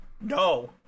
No